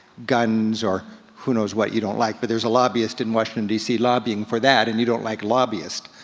guns or who knows what you don't like, but there's a lobbyist in washington, d c. lobbying for that, and you don't like lobbyists.